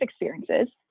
experiences